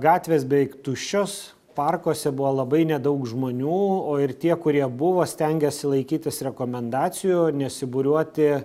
gatvės beveik tuščios parkuose buvo labai nedaug žmonių o ir tie kurie buvo stengiasi laikytis rekomendacijų nesibūriuoti